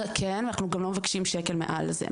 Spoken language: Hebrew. כן, ואנחנו גם לא מבקשים שקל מעל זה.